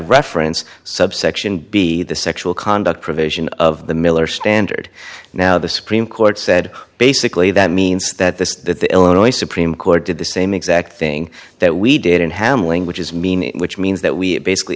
reference subsection b the sexual conduct provision of the miller standard now the supreme court said basically that means that the illinois supreme court did the same exact thing that we did in hamlin which is meaning which means that we basically